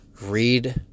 read